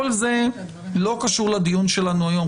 כל זה לא קשור לדיון שלנו היום,